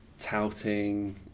touting